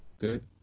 Good